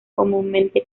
comúnmente